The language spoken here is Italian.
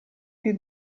più